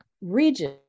Region